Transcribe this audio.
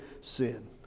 sin